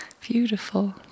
beautiful